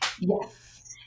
Yes